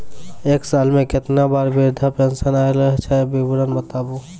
एक साल मे केतना बार वृद्धा पेंशन आयल छै विवरन बताबू?